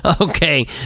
Okay